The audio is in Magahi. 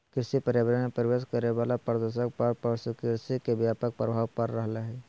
कृषि पर्यावरण मे प्रवेश करे वला प्रदूषक पर पशु कृषि के व्यापक प्रभाव पड़ रहल हई